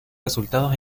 resultados